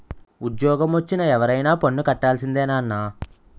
ఉజ్జోగమొచ్చిన ఎవరైనా పన్ను కట్టాల్సిందే నాన్నా